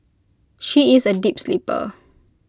she is A deep sleeper